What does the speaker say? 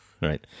Right